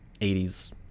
80s